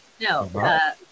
no